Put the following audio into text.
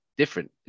different